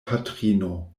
patrino